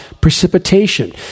precipitation